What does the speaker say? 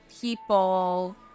People